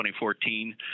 2014